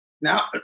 Now